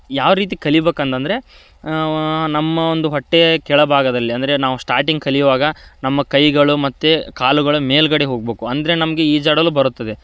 ಯಾವ ರೀತಿ ಕಲಿಬೇಕ್ ಅಂತಂದ್ರೆ ನಮ್ಮ ಒಂದು ಹೊಟ್ಟೆಯ ಕೆಳಭಾಗದಲ್ಲಿ ಅಂದರೆ ನಾವು ಸ್ಟಾರ್ಟಿಂಗ್ ಕಲಿಯುವಾಗ ನಮ್ಮ ಕೈಗಳು ಮತ್ತು ಕಾಲುಗಳು ಮೇಲುಗಡೆ ಹೋಗ್ಬೇಕು ಅಂದರೆ ನಮಗೆ ಈಜಾಡಲು ಬರುತ್ತದೆ